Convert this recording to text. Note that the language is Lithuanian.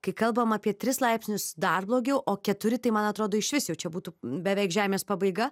kai kalbam apie tris laipsnius dar blogiau o keturi tai man atrodo išvis jau čia būtų beveik žemės pabaiga